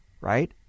right